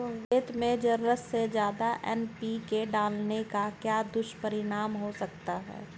खेत में ज़रूरत से ज्यादा एन.पी.के डालने का क्या दुष्परिणाम हो सकता है?